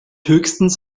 höchstens